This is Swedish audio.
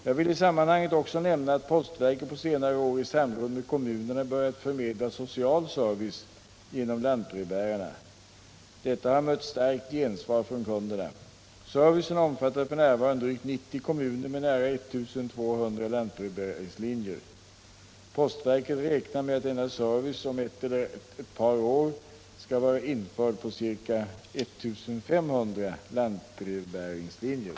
Jag vill i sammanhanget också nämna att postverket på senare år i samråd med kommunerna börjat förmedla social service genom lantbrevbärarna. Detta har mött starkt gensvar från kunderna. Servicen omfattar f. n. drygt 90 kommuner med nära 1 200 lantbrevbäringslinjer. Postverket räknar med att denna service om ett eller ett par år skall vara införd på ca 1500 lantbrevbäringslinjer.